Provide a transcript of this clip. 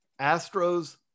Astros